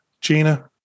Gina